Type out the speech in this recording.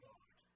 God